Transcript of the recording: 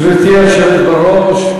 גברתי היושבת-ראש,